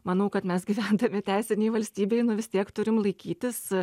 manau kad mes gyvendami teisinėj valstybėj nu vis tiek turime laikytis